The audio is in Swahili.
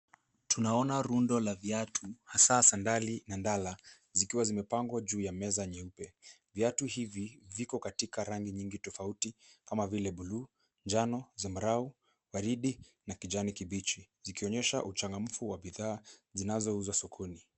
Tunaona rundo la viatu hasa sandali andala zikiwa zimepangwa juu ya neza nyeupe. Viatu hivi viko katika rangi nyingi tofauti kama vile buluu, njano, zambarau, waridi na kijani kibichi, zikionyehsa uchangamfu wa bidhaa zinazouzwa sokoni.